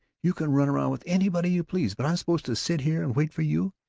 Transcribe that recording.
you can run around with anybody you please, but i'm supposed to sit here and wait for you.